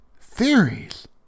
theories